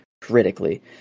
critically